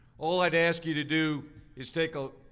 all i'd ask you to do is take a,